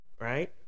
right